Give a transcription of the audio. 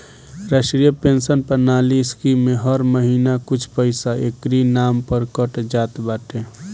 राष्ट्रीय पेंशन प्रणाली स्कीम में हर महिना कुछ पईसा एकरी नाम पअ कट जात बाटे